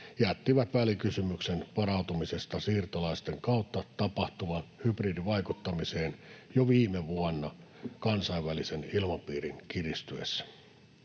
jättivät välikysymyksen varautumisesta siirtolaisten kautta tapahtuvaan hybridivaikuttamiseen jo viime vuonna kansainvälisen ilmapiirin kiristyessä.